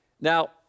Now